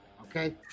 okay